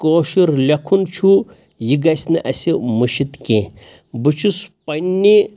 کٲشُر لیکھُن چھُ یہِ گژھہِ نہٕ اسہِ مٔشِتھ کیٚنٛہہ بہٕ چھُس پننہِ